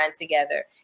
together